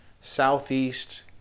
southeast